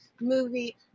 movie